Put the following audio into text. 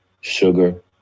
sugar